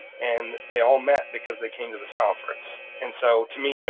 and they all met because they came to this conference. and so to me, you know